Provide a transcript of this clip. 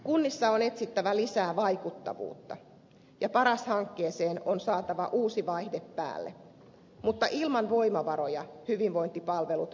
kunnissa on etsittävä lisää vaikuttavuutta ja paras hankkeeseen on saatava uusi vaihde päälle mutta ilman voimavaroja hyvinvointipalvelut ajautuvat saattohoitoon